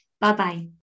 Bye-bye